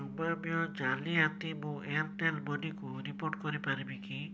ସମ୍ଭାବ୍ୟ ଜାଲିଆତି ମୁଁ ଏୟାର୍ଟେଲ୍ ମନି କୁ ରିପୋର୍ଟ କରି ପାରିବି କି